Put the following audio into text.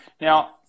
now